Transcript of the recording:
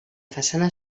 façana